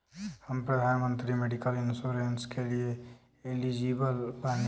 हम प्रधानमंत्री medical insurance के लिए एलिजिबल बानी?